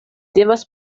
devas